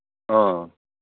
ꯑꯥ